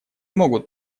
могут